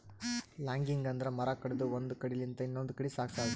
logging ಅಂದ್ರ ಮರ ಕಡದು ಒಂದ್ ಕಡಿಲಿಂತ್ ಇನ್ನೊಂದ್ ಕಡಿ ಸಾಗ್ಸದು